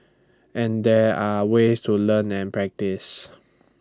and there are ways to learn and practice